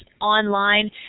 online